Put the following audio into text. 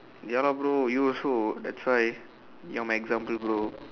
ya lah bro you also that's why you my example bro